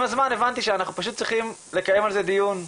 ועם הזמן הבנתי שאנחנו פשוט צריכים לקיים על זה דיון,